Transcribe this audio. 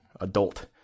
adult